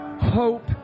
Hope